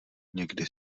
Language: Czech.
někdy